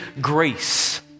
grace